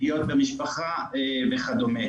פגיעות במשפחה וכדומה.